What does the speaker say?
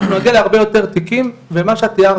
אנחנו נגיע להרבה יותר תיקים ומה שאת תיארת